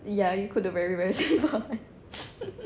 ya you cook the very very simple [one]